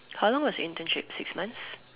how long is your internship six months